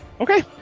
Okay